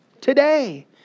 Today